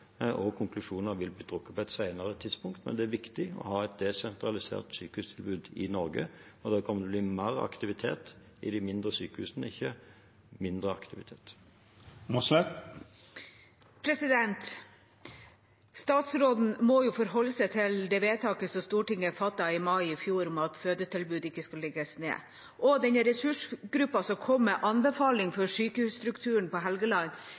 Konklusjoner vil bli trukket på et senere tidspunkt, men det er viktig å ha et desentralisert sykehustilbud i Norge. Det kommer til å bli mer aktivitet i de mindre sykehusene, ikke mindre aktivitet. Statsråden må forholde seg til det vedtaket som Stortinget fattet i mai i fjor, om at fødetilbud ikke skal legges ned. Den ressursgruppa som kom med anbefaling om sykehusstrukturen på Helgeland,